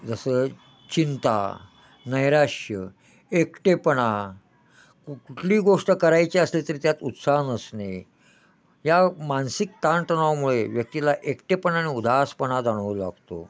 जसं चिंता नैराश्य एकटेपणा कु कुठली गोष्ट करायची असली तरी त्यात उत्साह नसणे या मानसिक ताणतणावमुळे व्यक्तीला एकटेपणा आणि उदासपणा जाणवू लागतो